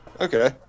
Okay